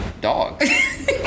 dogs